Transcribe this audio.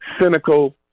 Cynical